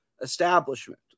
establishment